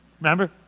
Remember